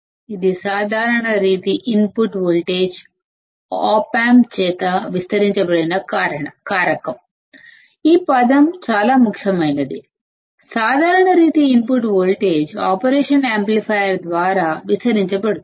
ఇది common mode input voltage op amp చేత amplify చేయబడింది ఈ పదం చాలా ముఖ్యమైనది common mode input voltage operational amplifier ద్వారా యాంప్లిఫయ్ చేయబడుతుంది